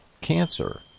cancer